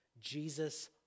Jesus